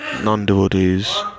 non-devotees